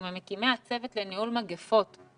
הוא ממקימי הצוות לניהול מגפות.